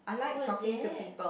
oh is it